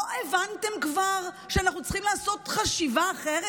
לא הבנתם כבר שאנחנו צריכים לעשות חשיבה אחרת?